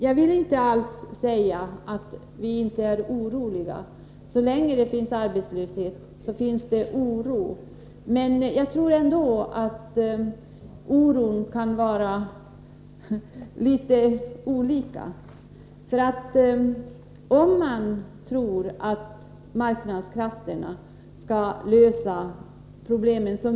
Jag vill inte alls säga att vi inte är oroliga — så länge arbetslöshet råder kommer det också att finnas oro. Men man kan känna olika hög grad av oro.